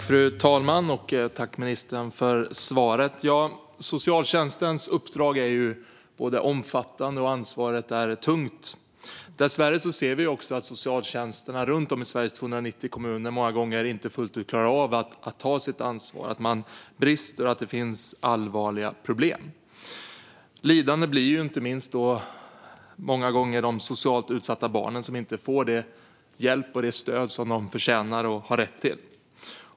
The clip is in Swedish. Fru talman! Jag tackar ministern för svaret. Socialtjänstens uppdrag är omfattande, och ansvaret är tungt. Dessvärre ser vi att socialtjänsterna runt om i Sveriges 290 kommuner många gånger brister och inte fullt ut klarar av att ta sitt ansvar. Det finns allvarliga problem. Lidande blir många gånger de socialt utsatta barnen, som inte får den hjälp och det stöd som de förtjänar och har rätt till.